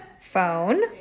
phone